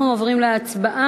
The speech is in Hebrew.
אנחנו עוברים להצבעה